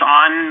on